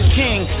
king